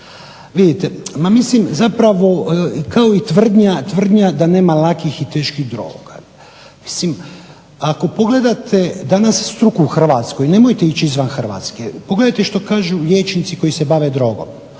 Vidite, ma mislim zapravo kao i tvrdnja da nema lakih i teških droga. Mislim, ako pogledate danas struku u Hrvatskoj, nemojte ići izvan Hrvatske, pogledajte što kažu liječnici koji se bave drogom.